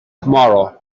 tomorrow